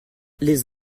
les